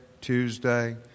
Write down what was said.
Tuesday